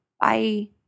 Bye